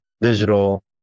digital